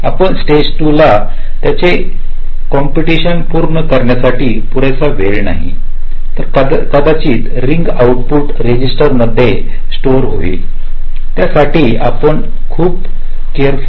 आपण स्टेज 2 ला त्याचे किंपटेशन पूर्ण करण्यासाठी पुरेसा वेळ नाही तर कदाचीत रिंग आउट पुट रजिस्टरमध्ये स्टोअर होईल त्यासाठी आपण खूप केळफुल व्हायला